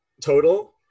total